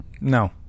No